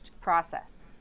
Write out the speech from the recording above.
process